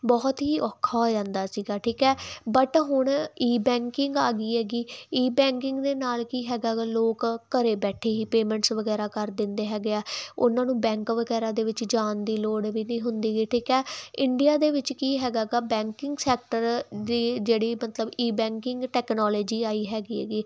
ਬਹੁਤ ਹੀ ਔਖਾ ਹੋ ਜਾਂਦਾ ਸੀਗਾ ਠੀਕ ਹੈ ਬਟ ਹੁਣ ਈਬੈਂਕਿੰਗ ਆ ਗਈ ਹੈਗੀ ਈਬੈਂਕਿੰਗ ਦੇ ਨਾਲ ਕੀ ਹੈਗਾ ਗਾ ਲੋਕ ਘਰ ਬੈਠੇ ਹੀ ਪੇਮੈਂਟਸ ਵਗੈਰਾ ਕਰ ਦਿੰਦੇ ਹੈਗੇ ਆ ਉਹਨਾਂ ਨੂੰ ਬੈਂਕ ਵਗੈਰਾ ਦੇ ਵਿੱਚ ਜਾਣ ਦੀ ਲੋੜ ਵੀ ਨਹੀਂ ਹੁੰਦੀ ਗੀ ਠੀਕ ਹੈ ਇੰਡੀਆ ਦੇ ਵਿੱਚ ਕੀ ਹੈਗਾ ਗਾ ਬੈਂਕਿੰਗ ਸੈਕਟਰ ਦੀ ਜਿਹੜੀ ਮਤਲਬ ਈਬੈਂਕਿੰਗ ਟੈਕਨੋਲੋਜੀ ਆਈ ਹੈਗੀ ਆ ਗੀ